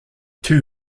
two